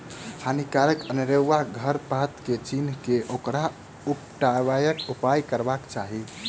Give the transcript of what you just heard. हानिकारक अनेरुआ खर पात के चीन्ह क ओकरा उपटयबाक उपाय करबाक चाही